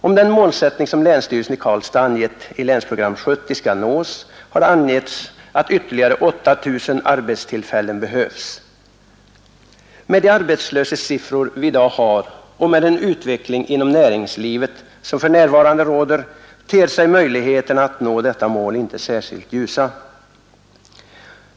Om den målsättning som länssty relsen i Karlstad angett i Länsprogram 70 skall nås, behövs ytterligare 8 000 arbetstillfällen. Med de arbetslöshetssiffror vi i dag har och med den utveckling inom näringslivet som för närvarande råder ter sig möjligheterna att nå detta mål inte särskilt ljusa.